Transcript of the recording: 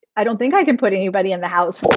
i don't think i can put anybody in the house